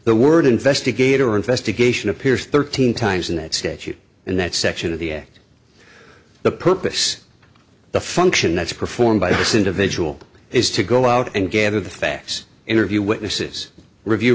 the word investigator investigation appears thirteen times in that state you in that section of the act the purpose the function that's performed by this individual is to go out and gather the facts interview witnesses review